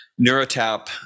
Neurotap